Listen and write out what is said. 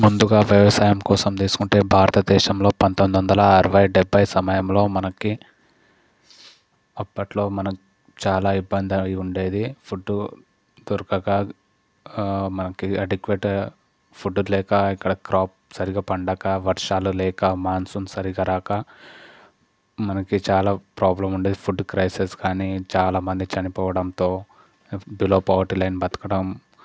ముందుగా వ్యవసాయం కోసం తీసుకుంటే భారతదేశంలో పంతొమ్మిది వందల అరవై డెబ్బై సమయంలో మనకి అప్పట్లో మనం చాలా ఇబ్బంది అవి ఉండేది ఫుడ్డు దొరకక మనకి అంటే క్విట్ ఫుడ్ లేక ఇక్కడ కాప్స్ సరిగా పండక వర్షాలు లేక మాన్సూన్ సరిగ్గా రాక మనకి చాలా ప్రాబ్లం ఉండేది ఫుడ్ క్రైసెస్ కానీ చాలా మంది చనిపోవడంతో బిలో ప్రోవర్టీలో బతకడం